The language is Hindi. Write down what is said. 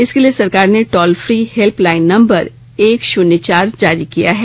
इसके लिए सरकार ने toll free help line number एक शून्य चार जारी किया है